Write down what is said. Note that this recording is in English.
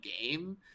game